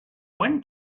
when